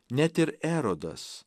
net ir erodas